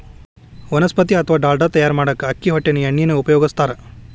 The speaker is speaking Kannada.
ವನಸ್ಪತಿ ಅತ್ವಾ ಡಾಲ್ಡಾ ತಯಾರ್ ಮಾಡಾಕ ಅಕ್ಕಿ ಹೊಟ್ಟಿನ ಎಣ್ಣಿನ ಉಪಯೋಗಸ್ತಾರ